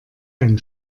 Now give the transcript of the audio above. ein